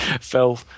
Phil